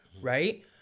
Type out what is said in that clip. right